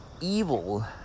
evil